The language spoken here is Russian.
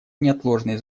неотложной